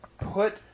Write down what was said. put